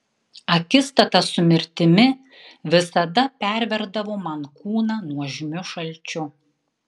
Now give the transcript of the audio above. akistata su mirtimi visada perverdavo man kūną nuožmiu šalčiu